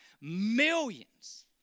millions